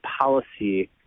policy